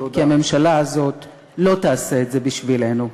כי הממשלה הזאת לא תעשה את זה בשבילנו.